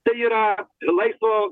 tai yra laisvo